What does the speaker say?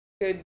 good